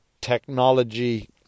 technology